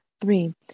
Three